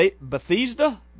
Bethesda